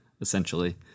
Essentially